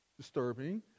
disturbing